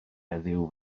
heddiw